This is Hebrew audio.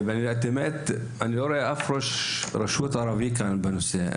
והאמת שאני לא רואה אף רשות ערבית כאן בנושא,